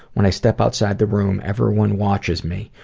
when i step outside the room, everyone watches me.